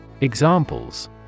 Examples